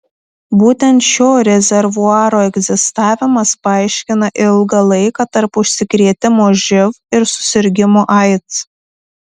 būtent šio rezervuaro egzistavimas paaiškina ilgą laiką tarp užsikrėtimo živ ir susirgimo aids